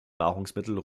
nahrungsmittel